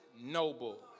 noble